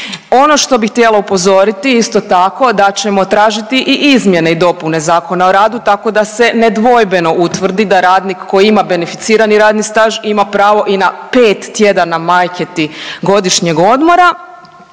Ono što bih htjela upozoriti isto tako da ćemo tražiti i izmjene i dopune Zakona o radu tako da se nedvojbeno utvrdi da radnik koji ima beneficirani radni staž ima pravo i na 5 tjedana majke ti godišnjeg odmora.